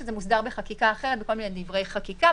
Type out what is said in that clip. שזה מוסדר בחקיקה אחרת בכל מיני דברי חקיקה,